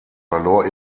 verlor